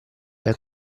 ben